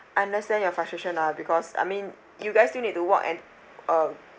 I understand your frustration lah because I mean you guys still need to walk and uh